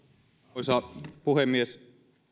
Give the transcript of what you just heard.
arvoisa puhemies